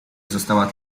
została